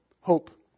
hope